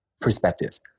perspective